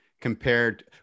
compared